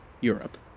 Europe